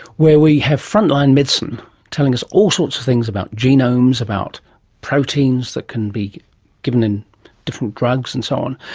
where we have frontline medicine telling us all sorts of things about genomes, about proteins that can be given and different drugs and so on,